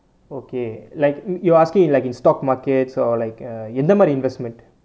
okay like you're asking like in stock markets or like err எந்த மாதிரி:entha maathiri investment